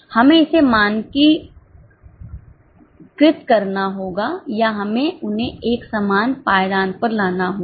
हमें इसे मानकीकृत करना होगा या हमें उन्हें एक समान पायदान पर लाना होगा